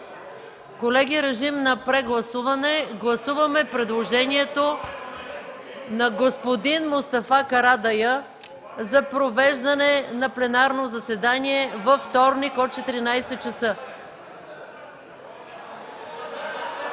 Колеги, прегласуваме предложението на господин Мустафа Карадайъ за провеждане на пленарно заседание във вторник от 14,00 ч.